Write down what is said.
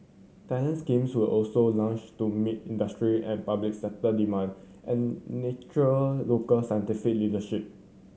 talent schemes were also launched to meet industry and public sector demand and natural local scientific leadership